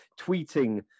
tweeting